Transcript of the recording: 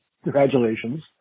Congratulations